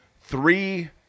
three